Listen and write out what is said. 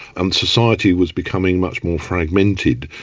and society was becoming much more fragmented,